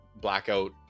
blackout